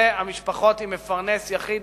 זה משפחות עם מפרנס יחיד,